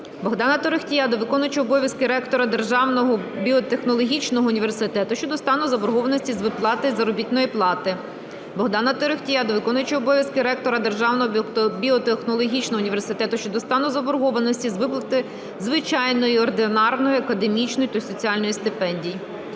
Богдана Торохтія до виконуючого обов'язки ректора Державного біотехнологічного університету щодо стану заборгованості з виплати заробітної плати. Богдана Торохтія до виконуючого обов'язки ректора Державного біотехнологічного університету щодо стану заборгованості з виплати звичайної ординарної (академічної) та соціальної стипендій.